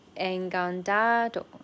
engandado